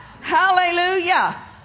Hallelujah